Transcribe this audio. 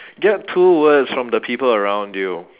get two words from the people around you